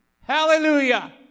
Hallelujah